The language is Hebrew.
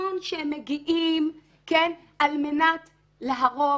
נכון שהם מגיעים על מנת להרוג,